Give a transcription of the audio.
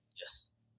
Yes